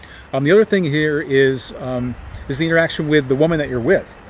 um the other thing here is is the interaction with the woman that youire with.